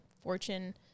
fortune